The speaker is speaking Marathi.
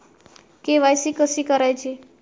के.वाय.सी कशी करायची?